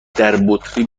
دربطری